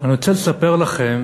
אני רוצה לספר לכם